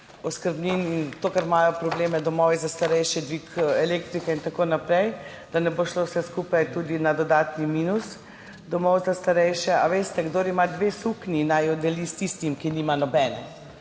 s problemi, ki jih imajo domovi za starejše, dvig elektrike in tako naprej, da ne bo šlo vse skupaj tudi na dodatni minus domov za starejše. Kdor ima dve suknji, naj jo deli s tistim, ki nima nobene,